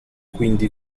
quindi